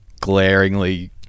Glaringly